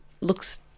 looks